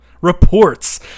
reports